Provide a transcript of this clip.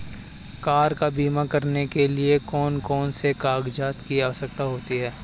Car का बीमा करने के लिए कौन कौन से कागजात की आवश्यकता होती है?